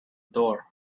door